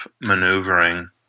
maneuvering